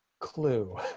clue